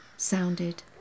sounded